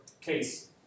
case